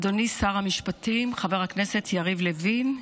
אדוני שר המשפטים חבר הכנסת יריב לוין,